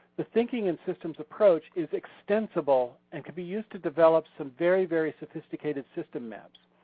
the thinking in systems approach is extensible and could be used to develop some very, very sophisticated system maps.